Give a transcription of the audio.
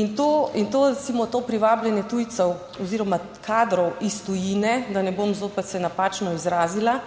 In to, recimo to privabljanje tujcev oziroma kadrov iz tujine, da ne bom zopet se napačno izrazila,